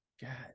God